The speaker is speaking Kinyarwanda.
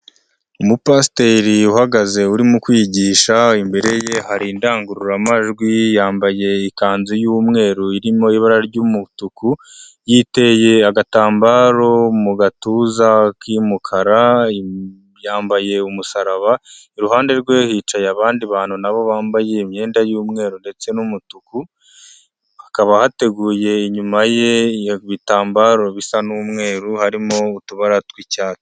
Umupasiteri uhagaze urimo kwigisha imbere ye hari indangururamajwi yambaye ikanzu y'umweru irimo ibara ry'umutuku yiteye agatambaro mu gatuza k'umukara yambaye umusaraba, iruhande rwe hicaye abandi bantu nabo bambaye imyenda y'umweru ndetse n'umutuku hakaba hateguye inyuma ye ibitambaro bisa n'umweru harimo utubara tw'icyatsi.